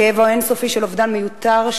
הכאב האין-סופי של אובדן מיותר,